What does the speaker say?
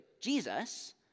Jesus